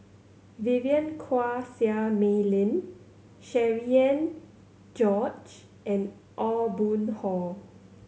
Vivien Quahe Seah Mei Lin Cherian George and Aw Boon Haw